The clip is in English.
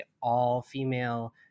all-female